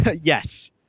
Yes